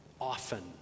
often